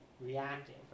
reactive